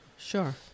Sure